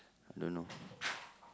I don't know